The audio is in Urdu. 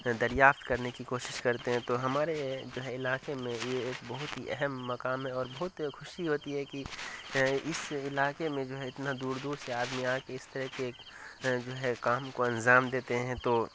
دریافت کرنے کی کوشش کرتے ہیں تو ہمارے جو ہے علاقے میں یہ ایک بہت ہی اہم مکام ہے اور بہت خوشی ہوتی ہے کہ اس علاقے میں جو ہے اتنا دور دور سے آدمی آ کے اس طرح کے جو ہے کام کو انجام دیتے ہیں تو